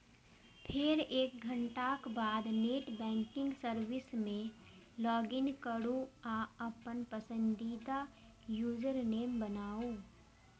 फेर एक घंटाक बाद नेट बैंकिंग सर्विस मे लॉगइन करू आ अपन पसंदीदा यूजरनेम बनाउ